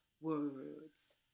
words